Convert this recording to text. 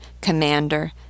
commander